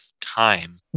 time